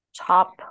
top